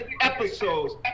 episodes